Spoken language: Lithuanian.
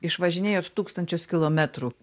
išvažinėjot tūkstančius kilometrų